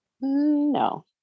No